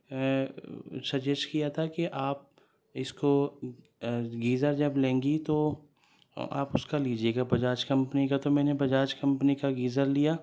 سجیس کیا تھا کہ آپ اس کو گیزر جب لیں گی تو آپ اس کا لیجیے گا بجاج کمپنی کا تو میں نے بجاج کمپنی کا گیزر لیا